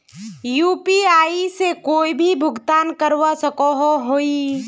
UPI से कोई भी भुगतान करवा सकोहो ही?